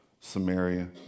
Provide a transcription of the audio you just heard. Samaria